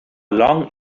long